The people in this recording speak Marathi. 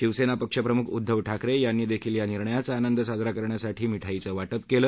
शिवसेना पक्षप्रमुख उद्दव ठाकरे यांनीही या निर्णयाचा आनंद साजरा करण्यासाठी मिठाईचं वाटप केलं